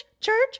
Church